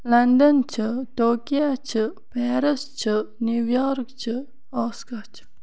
London چھُ Tokyo چھُ Paris چھُ نِو یارٕک چھُ اوسکا چھُ